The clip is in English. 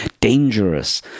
dangerous